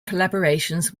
collaborations